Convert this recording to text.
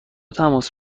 تماس